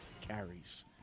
carries